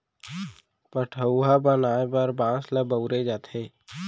पठअउवा बनाए बर बांस ल बउरे जाथे